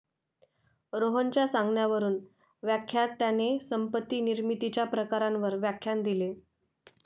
रोहनच्या सांगण्यावरून व्याख्यात्याने संपत्ती निर्मितीच्या प्रकारांवर व्याख्यान दिले